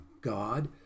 God